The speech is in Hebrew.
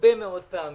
הרבה מאוד פעמים.